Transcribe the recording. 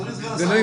אדוני סגן השר,